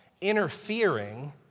interfering